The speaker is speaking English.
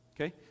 Okay